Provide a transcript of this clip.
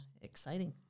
exciting